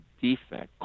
defect